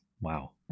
Wow